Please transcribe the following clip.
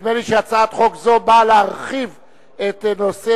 נדמה לי שהצעת חוק זו באה להרחיב את נושא